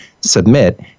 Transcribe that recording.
submit